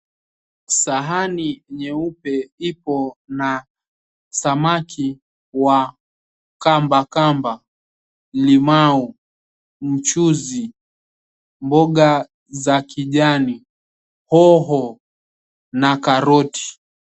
Sahani nyeupe ipo na samaki wa kamba kamba, limau, mchuzi, mboga za kijani, hoho na karoti.